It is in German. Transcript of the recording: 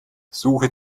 suche